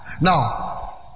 Now